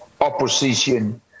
opposition